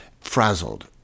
frazzled